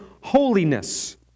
holiness